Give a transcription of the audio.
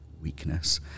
weakness